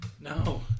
No